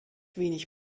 wenig